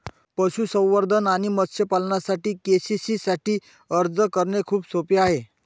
पशुसंवर्धन आणि मत्स्य पालनासाठी के.सी.सी साठी अर्ज करणे खूप सोपे आहे